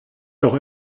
doch